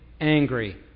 angry